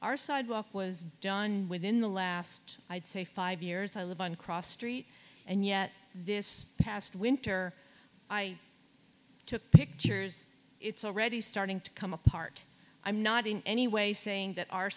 our sidewalk was done within the last i'd say five years i live on cross street and yet this past winter i took pictures it's already starting to come apart i'm not in any way saying that our